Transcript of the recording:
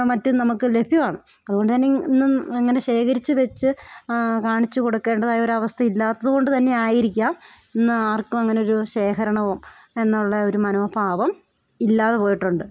മറ്റും നമുക്ക് ലഭ്യമാണ് അതു കൊണ്ടു തന്നെ ഇന്നും അങ്ങനെ ശേഖരിച്ചു വെച്ച് കാണിച്ചു കൊടുക്കേണ്ടതായ ഒരവസ്ഥ ഇല്ലാത്തതു കൊണ്ട് തന്നെയായിരിക്കാം ഇന്ന് ആർക്കും അങ്ങനെയൊരു ശേഖരണവും എന്നുള്ള ഒരു മനോഭാവം ഇല്ലാതെ പോയിട്ടുണ്ട്